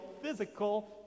physical